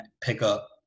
pickup